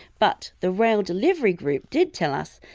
but the rail delivery group did tell us,